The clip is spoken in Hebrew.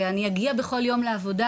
ושאגיע בכל יום לעבודה,